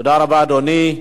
תודה רבה, אדוני.